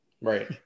Right